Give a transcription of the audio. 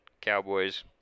Cowboys